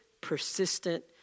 persistent